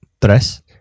Tres